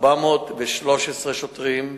413 שוטרים,